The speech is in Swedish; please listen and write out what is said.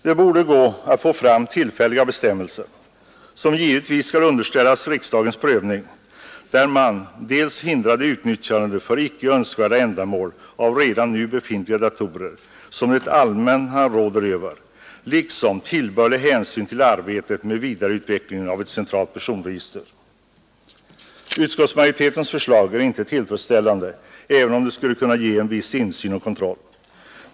Det borde gå att få fram tillfälliga bestämmelser, som givetvis skall underställas riksdagens prövning, där man dels hindrar utnyttjandet för inte önskvärda ändamål av redan nu befintliga datorer som det allmänna råder över, dels tar tillbörlig hänsyn till arbetet med vidareutvecklingen av ett centralt personregister. Utskottsmajoritetens utslag är inte tillfredsställande även om det skulle kunna ge en viss insyn och kontroll.